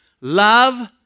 Love